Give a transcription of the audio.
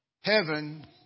heaven